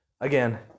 again